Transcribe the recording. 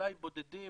אולי בודדים,